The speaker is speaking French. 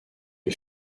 est